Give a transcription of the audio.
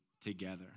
together